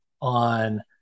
on